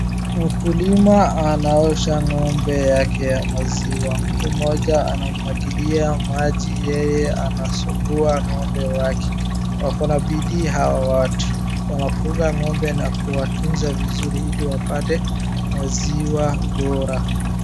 Mkulima anaosha ngombe yake ya maziwa, mtu moja anamwagilia maji yeye anasugua ngombe wake, wako na bidii hawa watu. Wanafuga ngombe na kuwatunza vizuri ili wapate maziwa bora.